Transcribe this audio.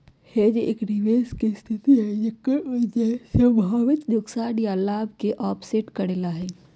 hedge एक निवेश के स्थिति हई जेकर उद्देश्य संभावित नुकसान या लाभ के ऑफसेट करे ला हई